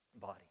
body